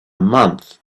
month